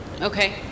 Okay